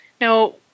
Now